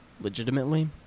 legitimately